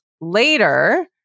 later